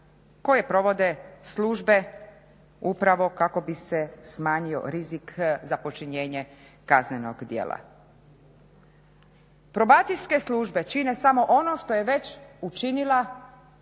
koje provode službe upravo kako bi se smanjio rizik za počinjenje kaznenog djela. Probacijske službe čine samo ono što je već učinila